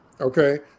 Okay